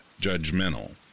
judgmental